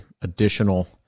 additional